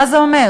מה זה אומר?